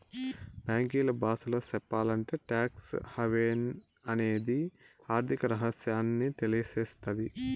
బ్యాంకీల బాసలో సెప్పాలంటే టాక్స్ హావెన్ అనేది ఆర్థిక రహస్యాన్ని తెలియసేత్తది